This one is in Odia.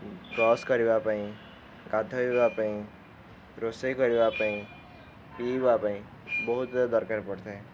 ବ୍ରସ୍ କରିବା ପାଇଁ ଗାଧୋଇବା ପାଇଁ ରୋଷେଇ କରିବା ପାଇଁ ପିଇବା ପାଇଁ ବହୁତ ଦରକାର ପଡ଼ିଥାଏ